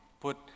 put